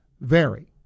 vary